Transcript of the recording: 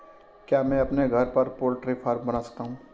क्या मैं अपने घर पर पोल्ट्री फार्म बना सकता हूँ?